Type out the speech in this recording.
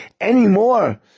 anymore